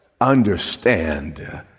understand